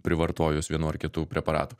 privartojus vienų ar kitų preparatų